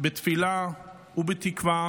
בתפילה ובתקווה